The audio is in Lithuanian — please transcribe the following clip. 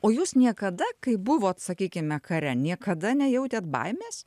o jūs niekada kai buvot sakykime kare niekada nejautėt baimės